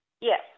Yes